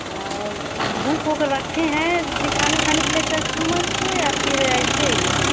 और बुक वूक रखे हैं दिखाने उखाने के लिए कस्टमर को या फिर ऐसे ही